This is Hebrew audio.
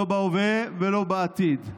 לא בהווה ולא בעתיד.